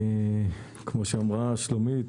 כפי שאמרה שלומית